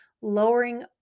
lowering